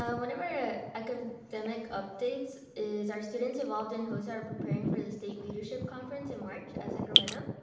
ah one of our ah ah academic updates is our students involved in hosa are preparing for the state leadership conference in march at sacramento.